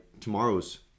tomorrow's